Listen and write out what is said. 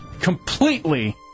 completely